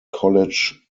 college